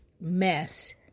mess